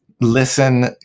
listen